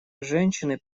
женщины